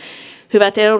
hyvät